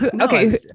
Okay